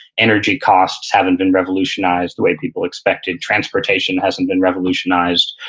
energy costs haven't been revolutionized the way people expected, transportation hasn't been revolutionized,